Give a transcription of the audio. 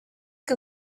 que